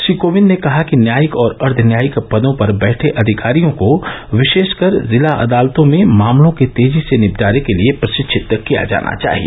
श्री कोविंद ने कहा कि न्यायिक और अर्ध न्यायिक पदों पर बैठे अधिकारियों को विशेषकर जिला अदालतों में मामलों के तेजी से निपटारे के लिए प्रशिक्षित किया जाना चाहिए